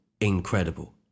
incredible